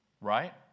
Right